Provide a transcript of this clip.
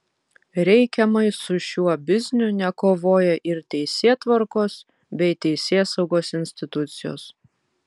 reikiamai su šiuo bizniu nekovoja ir teisėtvarkos bei teisėsaugos institucijos